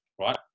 right